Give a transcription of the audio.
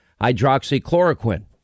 hydroxychloroquine